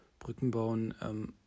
Brückenbauen